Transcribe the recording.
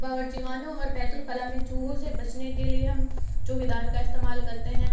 باورچی خانوں اور بیت الخلا میں چوہوں سے بچنے کے لیے ہم چوہے دان کا استعمال کرتے ہیں